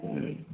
ആ